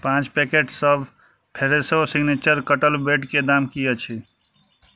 पाँच पैकेटसभ Fresho signature कटल ब्रेडके दाम की अछि